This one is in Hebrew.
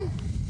כן.